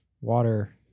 water